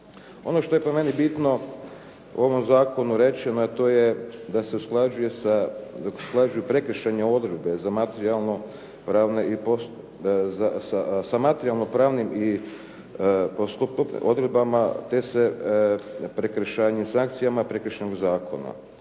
Ono što je po meni bitno u ovom zakonu rečeno, to je da se usklađuju prekršajne odredbe sa materijalno-pravnim i postupovnim odredbama te sa prekršajnim sankcijama Prekršajnog zakona.